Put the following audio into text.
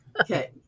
Okay